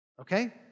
okay